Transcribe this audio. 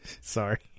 Sorry